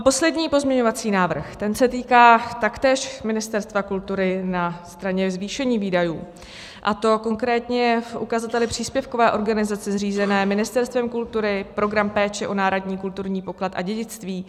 Poslední pozměňovací návrh se týká taktéž Ministerstva kultury na straně zvýšení výdajů, a to konkrétně v ukazateli příspěvkové organizace zřízené Ministerstvem kultury, program péče o národní kulturní poklad a dědictví.